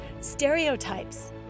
stereotypes